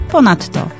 Ponadto